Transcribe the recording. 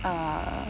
um